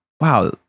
wow